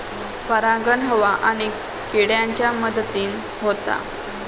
परागण हवा आणि किड्यांच्या मदतीन होता